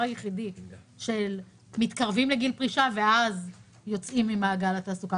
היחידי שמתקרבים לגיל פרישה ואז יוצאים ממעגל התעסוקה.